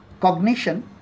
cognition